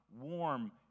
warm